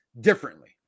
differently